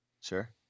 sure